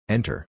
Enter